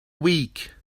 week